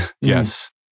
Yes